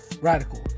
Radical